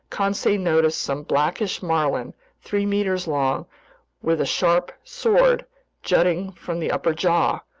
conseil noticed some blackish marlin three meters long with a sharp sword jutting from the upper jaw,